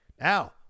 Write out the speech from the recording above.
Now